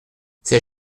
ces